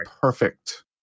perfect